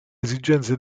esigenze